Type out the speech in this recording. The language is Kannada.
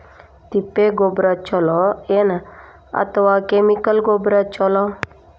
ತಿಪ್ಪಿ ಗೊಬ್ಬರ ಛಲೋ ಏನ್ ಅಥವಾ ಕೆಮಿಕಲ್ ಗೊಬ್ಬರ ಛಲೋ?